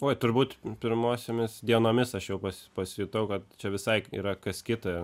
oi turbūt pirmosiomis dienomis aš jau pas pasijutau kad čia visai yra kas kita